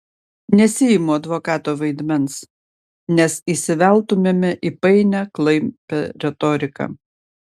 nesiimu advokato vaidmens nes įsiveltumėme į painią klampią retoriką